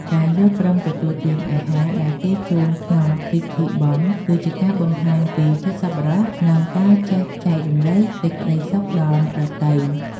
ការយល់ព្រមទទួលទានអាហារដែលគេជូនក្នុងពិធីបុណ្យ គឺជាការបង្ហាញពីចិត្តសប្បុរស និងការចេះចែករំលែកសេចក្តីសុខដល់អ្នកដទៃ។